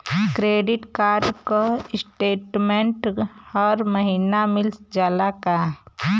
Credit card क statement हर महिना मिल जाला का?